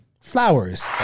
flowers